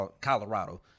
colorado